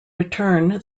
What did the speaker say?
return